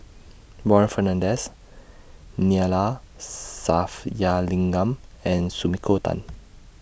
Warren Fernandez Neila Sathyalingam and Sumiko Tan